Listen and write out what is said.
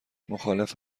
مخالف